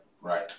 Right